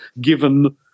given